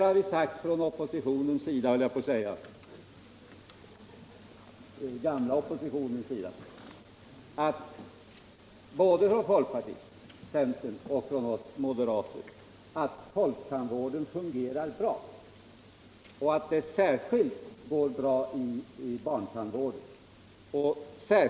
Från den gamla oppositionens 187 sida har det sagts — från folkpartiet, från centern och från moderata samlingspartiet — att folktandvården fungerar bra, särskilt vad beträffar barntandvården.